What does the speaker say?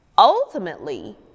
Ultimately